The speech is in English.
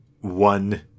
one